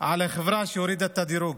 על החברה שהורידה את הדירוג,